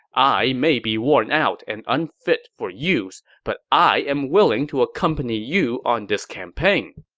i may be worn out and unfit for use, but i am willing to accompany you on this campaign.